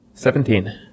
Seventeen